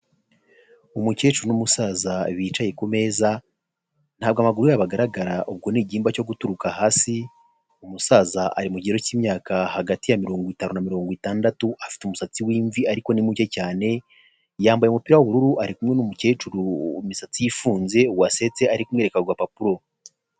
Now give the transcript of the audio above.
Umukecuru n'umusaza bicaye ku meza ntabwo amaguru yabo agaragara ubwo ni igihimba cyo guturuka hasi, umusaza ari mu kigero cy'imyaka hagati ya mirongo itanu na mirongo itandatu afite umusatsi w'imvi ariko ni muke cyane, yambaye umupira w'ubururu ari kumwe n'umukecuru imisatsi ye ifunze wasetse ari kumwereka agapapuro.